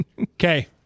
Okay